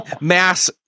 mass